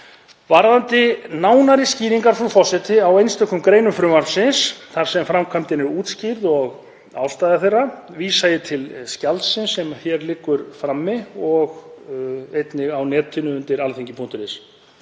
Varðandi nánari skýringar, frú forseti, á einstökum greinum frumvarpsins þar sem framkvæmdin er útskýrð og ástæða þeirra vísa ég til skjalsins sem hér liggur frammi og einnig á netinu undir Alþingi.is.